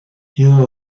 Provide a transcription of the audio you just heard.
ihrer